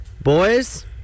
Boys